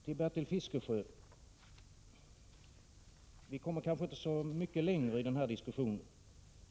Till Bertil Fiskesjö: Vi kommer kanske inte så mycket längre i den här diskussionen.